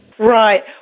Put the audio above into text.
Right